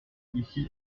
ici